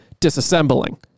disassembling